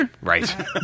right